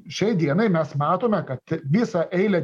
šiai dienai mes matome kad visą eilę